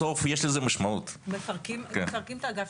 בסוף יש לזה משמעות --- מפרקים את האגף,